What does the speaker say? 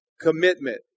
Commitment